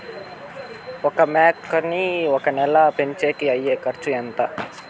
ఒక మేకని ఒక నెల పెంచేకి అయ్యే ఖర్చు ఎంత?